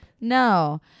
No